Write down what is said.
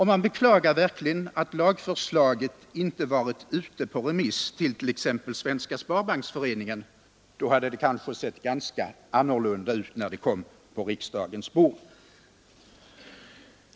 Man beklagar verkligen att lagförslaget inte varit ute på remiss till t.ex. Svenska sparbanksföreningen — då hade det kanske sett ganska annorlunda ut när det kom på riksdagens bord.